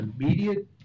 immediate